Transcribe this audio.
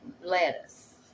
lettuce